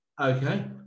Okay